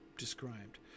Described